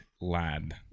lad